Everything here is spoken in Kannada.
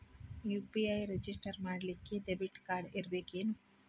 ಯು.ಪಿ.ಐ ರೆಜಿಸ್ಟರ್ ಮಾಡ್ಲಿಕ್ಕೆ ದೆಬಿಟ್ ಕಾರ್ಡ್ ಇರ್ಬೇಕೇನು?